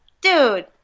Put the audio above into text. Dude